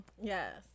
Yes